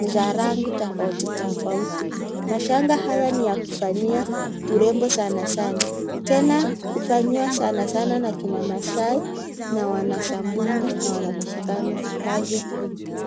za rangi tofauti tofauti. Mashanga haya ni ya kufanyia urembo sana sana tena hufanywa sanasana na kina maasai na wanasamburu na wanaturkana kazi hii.